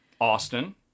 Austin